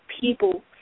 people